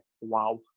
wow